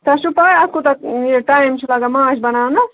تۄہہِ چھُو پاے اَتھ کوٗتاہ یہِ ٹایم چھُ لَگان ماچھ بَناونس